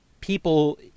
people